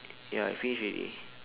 ya finish already